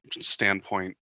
standpoint